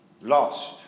lost